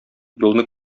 юлны